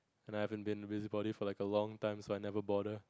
and I haven't been a busy body for like a long time so I never bother